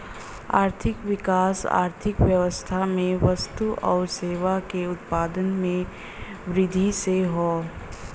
आर्थिक विकास अर्थव्यवस्था में वस्तु आउर सेवा के उत्पादन में वृद्धि से हौ